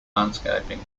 landscaping